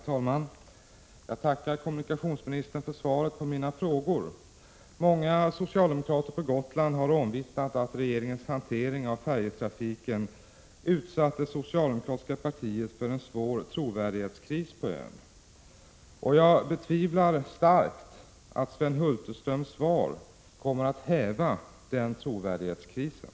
Herr talman! Jag tackar kommunikationsministern för svaret på mina frågor. Många socialdemokrater på Gotland har omvittnat att regeringens hantering av färjetrafiken utsatt det socialdemokratiska partiet för en svår trovärdighetskris på ön. Jag betvivlar starkt att Sven Hulterströms svar kommer att häva den trovärdighetskrisen.